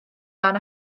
fan